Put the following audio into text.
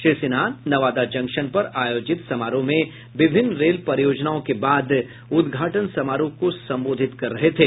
Shri Sinha Nawada junction पर आयोजित समारोह में विभिन्न रेल परियोजनाओं के बाद उद्घाटन समारोह को संबोधित कर रहे थे